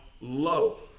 low